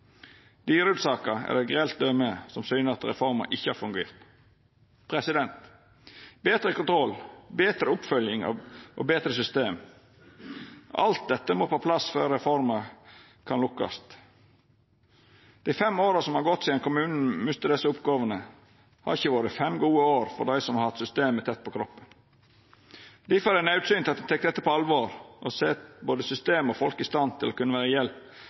Dyrud-saka er eit grelt døme som syner at reforma ikkje har fungert. Betre kontroll, betre oppfølging og betre system – alt dette må på plass før reforma kan lukkast. Dei fem åra som har gått sidan kommunen mista desse oppgåvene, har ikkje vore fem gode år for dei som har hatt systemet tett på kroppen. Difor er det naudsynt at me tek dette på alvor, og set både system og folk i stand til å kunna vera til hjelp